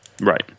Right